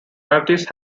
rarities